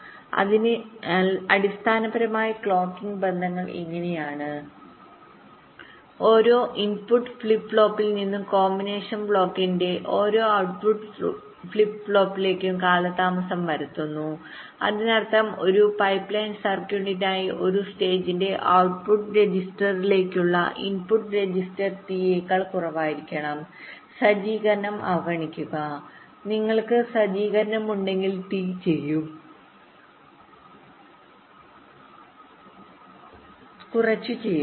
അതിനാൽ അടിസ്ഥാനപരമായി ക്ലോക്കിംഗ് ബന്ധങ്ങൾ ഇങ്ങനെയാണ് ഓരോ ഇൻപുട്ട് ഫ്ലിപ്പ് ഫ്ലോപ്പിൽ നിന്നും കോമ്പിനേഷൻ ബ്ലോക്കിന്റെഓരോ ഔട്ട്പുട് ഫ്ലിപ്പ് ഫ്ലോപ്പിലേക്കും കാലതാമസം വരുത്തുന്നു അതിനർത്ഥം ഒരു പൈപ്പ്ലൈൻ സർക്യൂട്ടിനായി ഒരു സ്റ്റേജിന്റെ ഔട്ട്പുട് രജിസ്റ്ററിലേക്കുള്ള ഇൻപുട്ട് രജിസ്റ്റർ T യേക്കാൾ കുറവായിരിക്കണം സജ്ജീകരണം അവഗണിക്കുക നിങ്ങൾക്ക് സജ്ജീകരണം ഉണ്ടെങ്കിൽ T ചെയ്യും കുറച്ച് കുറയുക